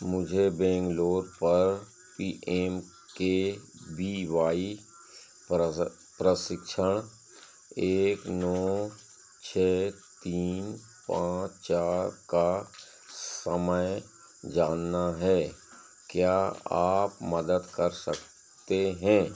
मुझे बैंगलोर पर P M K B Y प्र प्रशिक्षण एक नौ छः तीन पाँच चार का समय जानना है क्या आप मदद कर सकते हैं